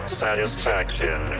satisfaction